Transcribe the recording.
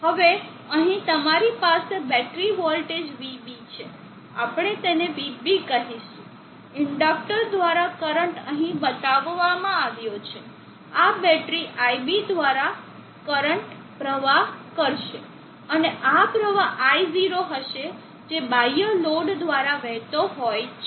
હવે અહીં તમારી પાસે બેટરી વોલ્ટેજ vB છે આપણે તેને vB કહીશું ઇન્ડકટર દ્વારા કરંટ અહીં બતાવવામાં આવ્યો છે આ બેટરી iB દ્વારા કરંટ પ્રવાહ કરશે અને આ પ્રવાહ i0 હશે જે બાહ્ય લોડ દ્વારા વહેતો હોય છે